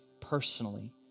personally